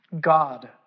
God